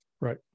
Right